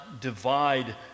divide